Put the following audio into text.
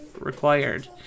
required